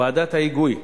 ועדת ההיגוי,